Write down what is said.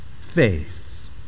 faith